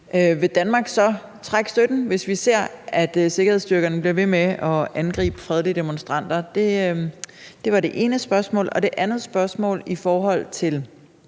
vil Danmark så trække støtten, altså hvis vi ser, at sikkerhedsstyrkerne bliver ved med at angribe fredelige demonstranter? Det var det ene spørgsmål. Det andet spørgsmål er i forhold til